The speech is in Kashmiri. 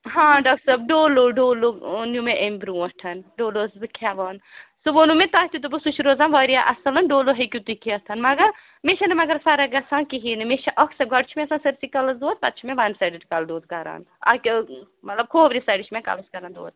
ہاں ڈاکٹر صٲب ڈولو ڈولو نِیٛوٗ مےٚ اَمہِ برٛونٛٹھ ڈولو ٲسٕس بہٕ کھٮ۪وان سُہ ووٚنوٕ مےٚ تۄہہِ تہِ دوٚپوٕ سُہ چھُ روزان واریاہ اَصٕل ڈولو ہیٚکِو تُہۍ کھٮ۪تھ مگر مےٚ چھَنہٕ مگر فرق گژھان کِہیٖنٛۍ نہٕ مےٚ اَکثر گۄڈٕ چھِ مےٚ آسان سٲرسٕے کَلَس دود پَتہٕ چھِ مےٚ وَن سایڈڈ کَلہٕ دود کَران اَکہِ مطلب کھوورِ سایڈٕ چھِ مےٚ کَلَس کَران دود